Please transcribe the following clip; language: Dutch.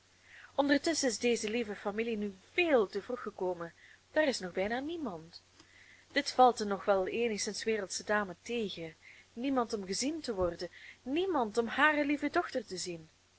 ondertusschen is deze lieve familie nu véél te vroeg gekomen daar is nog bijna niemand dit valt de nog wel eenigszins wereldsche dame tegen niemand om gezien te worden niemand om hare lieve dochter te zien